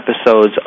episodes